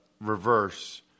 reverse